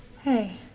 hey.